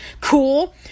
cool